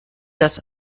das